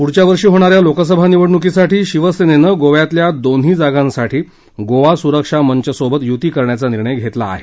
पुढच्या वर्षी होणाऱ्या लोकसभा निवडणुकीसाठी शिवसेनेनं गोव्यातल्या दोन्ही जागांसाठी गोवा सुरक्षा मंचसोबत युती करण्याचा निर्णय घेतला आहे